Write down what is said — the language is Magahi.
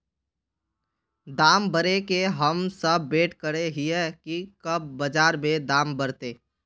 दाम बढ़े के हम सब वैट करे हिये की कब बाजार में दाम बढ़ते?